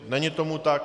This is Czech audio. Není tomu tak.